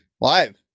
Live